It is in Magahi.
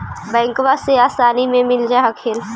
बैंकबा से आसानी मे मिल जा हखिन?